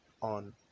on